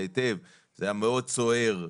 אבל אני מניח שבמסגרת תוכנית המיטות הזו